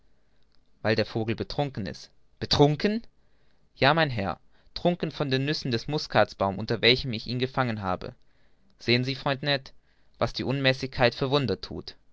weil der vogel betrunken ist betrunken ja mein herr trunken von den nüssen des muscatbaumes unter welchem ich ihn gefangen habe sehen sie freund ned was die unmäßigkeit für wunder thut